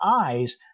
eyes